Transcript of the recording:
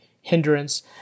hindrance